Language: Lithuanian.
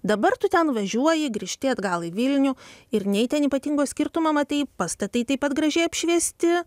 dabar tu ten važiuoji grįžti atgal į vilnių ir nei ten ypatingo skirtumo matai pastatai taip pat gražiai apšviesti